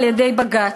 על-ידי בג"ץ.